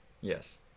Yes